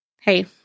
Hey